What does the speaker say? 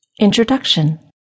Introduction